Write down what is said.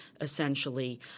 essentially